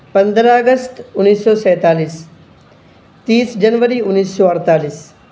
پندرہ اگست انیس سو سینتالیس تیس جنوری انیس سو اڑتالیس